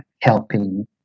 helping